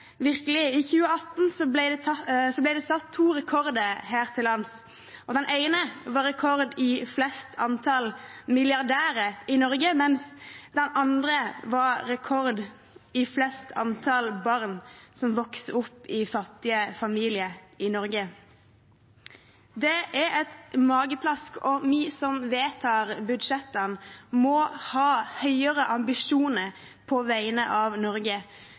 virkelig en krise i seg selv. I 2018 ble det satt to rekorder her til lands. Den ene var rekord i flest antall milliardærer i Norge, mens den andre var rekord i flest antall barn som vokser opp i fattige familier i Norge. Det er et mageplask, og vi som vedtar budsjettene, må ha høyere ambisjoner på vegne av Norge.